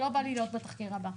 ולא בא להיות בתחקיר הבא.